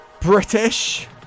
British